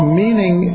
meaning